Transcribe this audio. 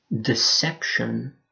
Deception